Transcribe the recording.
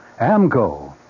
AMCO